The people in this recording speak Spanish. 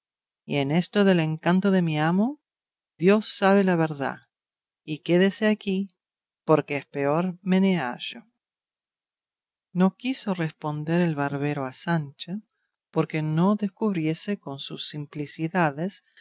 y en esto del encanto de mi amo dios sabe la verdad y quédese aquí porque es peor meneallo no quiso responder el barbero a sancho porque no descubriese con sus simplicidades